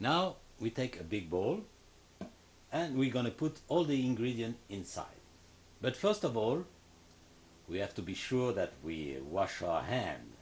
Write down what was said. now we take a big ball and we're going to put all the ingredients inside but first of all we have to be sure that we're wash our hands